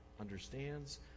understands